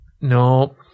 No